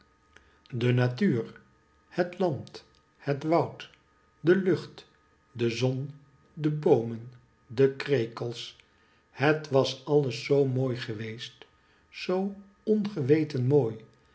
de natuur het land het woud de lucht de zon de boomen de krekels het was alles zoo mooi geweest zoo ongeweten mooi